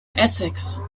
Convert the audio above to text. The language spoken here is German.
essex